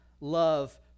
love